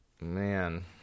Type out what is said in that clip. Man